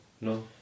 No